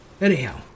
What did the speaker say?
Anyhow